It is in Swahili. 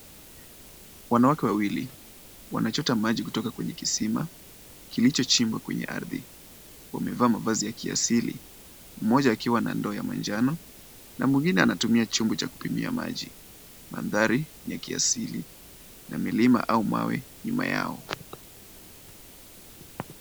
Wanawake wawili wanachota maji kutoka kwenye kisima kilichochimbwa kwenye ardhi wamevaa mavazi ya kiasili mmoja akiwa na ndoo ya manjano na mwingine anatumia chombo cha kupimia maji. Mandhari ni kiasili na milima au mawe nyuma yao.